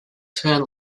turn